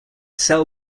sell